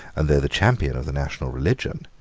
and though the champion of the national religion,